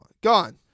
Gone